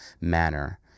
manner